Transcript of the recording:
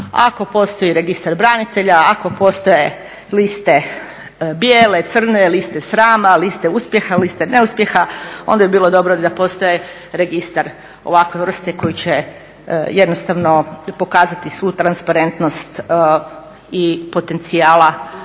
Ako postoji registar branitelja, ako postoje liste bijele, crne, liste srama, liste uspjeha, liste neuspjeha onda bi bilo dobro da postoji registar ovakve vrste koji će jednostavno pokazati svu transparentnost i potencijala